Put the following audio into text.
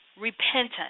Repentance